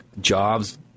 jobs